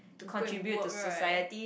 to go and work right